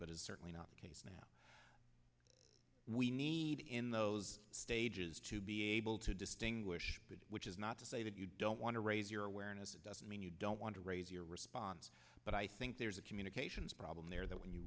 but it's certainly not the case now we need in those stages to be able to distinguish which is not to say that you don't want to raise your awareness it doesn't mean you don't want to raise your response but i think there's a communications problem there that when you